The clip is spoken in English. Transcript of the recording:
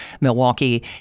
Milwaukee